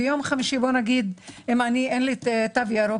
ובחמישי אם אין לי תו ירוק,